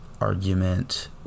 argument